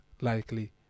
likely